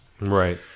Right